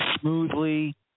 smoothly